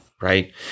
Right